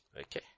Okay